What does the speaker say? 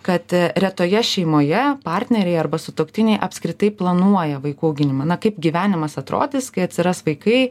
kad retoje šeimoje partneriai arba sutuoktiniai apskritai planuoja vaikų auginimą na kaip gyvenimas atrodys kai atsiras vaikai